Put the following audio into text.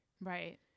Right